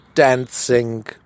dancing